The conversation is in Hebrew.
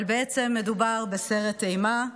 אבל בעצם מדובר בסרט אימה,